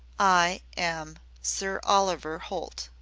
i am sir oliver holt.